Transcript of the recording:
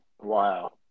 wow